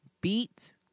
beat